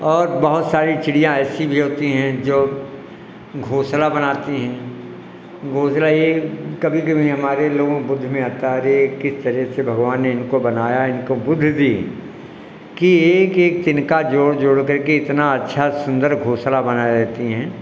और बहुत सारे चिड़ियाँ ऐसी भी होती है कि जो घोंसला बनाती है घोंसला एक कभी कभी हमारे लोगों बुद्धि में आता है अरे किस तरह से भगवान ने इनको बनाया है इनको बुद्धि दी कि एक एक तिनका जोड़ जोड़ करके इतना अच्छा इतना सुन्दर घोंसला बना देती हैं